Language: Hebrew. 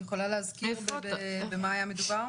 את יכולה להזכיר במה היה מדובר?